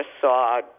saw